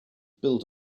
built